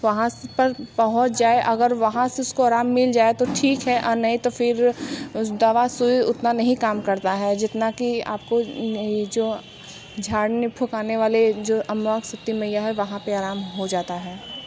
वहाँ पर पहुंच जाए अगर वहाँ से उसको आराम मिल जाए तो ठीक है और नहीं तो फिर उस दवा सूई उतना नहीं काम करता है जितना कि आपको ये जो झाड़ने फुँकाने वाले जो अमवा सती मैया है वहाँ पर आराम हो जाता है